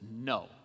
no